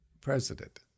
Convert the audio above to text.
president